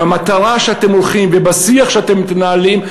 במטרה שאתם הולכים ובשיח שאתם מתנהלים,